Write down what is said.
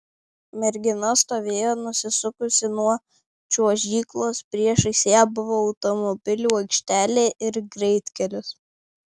mergina stovėjo nusisukusi nuo čiuožyklos priešais ją buvo automobilių aikštelė ir greitkelis